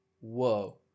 whoa